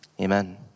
Amen